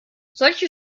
solche